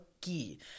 key